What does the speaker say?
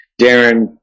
Darren